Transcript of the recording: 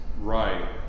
right